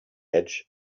edge